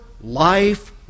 life